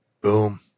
Boom